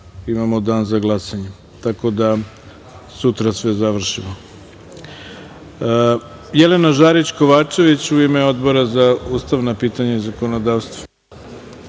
imamo dan za glasanje, tako da sutra sve završimo. Reč ima Jelena Žarić Kovačević, Odbor za ustavna pitanja i zakonodavstvo.